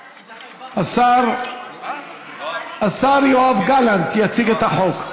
השר יואב גלנט יציג את החוק.